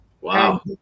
Wow